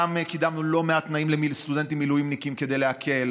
גם קידמנו לא מעט תנאים לסטודנטים מילואימניקים כדי להקל,